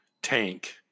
Tank